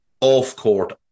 off-court